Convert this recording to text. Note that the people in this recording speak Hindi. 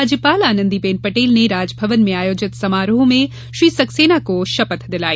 राज्यपाल आनंदीबेन पटेल ने राजभवन में आयोजित समारोह में श्री सक्सेना को शपथ दिलाई